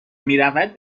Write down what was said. میرود